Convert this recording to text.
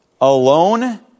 alone